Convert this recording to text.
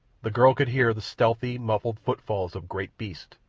the girl could hear the stealthy, muffled footfalls of great beasts,